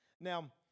Now